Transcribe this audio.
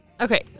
Okay